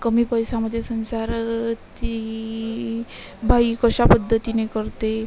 कमी पैशांमध्ये संसार ती बाई कशा पद्धतीने करते